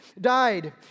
died